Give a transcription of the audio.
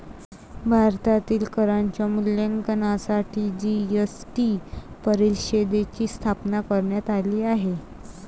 भारतातील करांच्या मूल्यांकनासाठी जी.एस.टी परिषदेची स्थापना करण्यात आली आहे